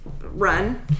run